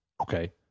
Okay